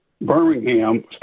Birmingham